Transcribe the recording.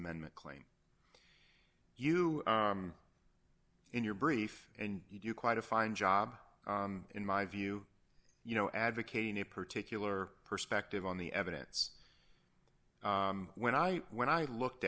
amendment claim you in your brief and you quite a fine job in my view you know advocating a particular perspective on the evidence when i when i looked